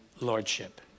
lordship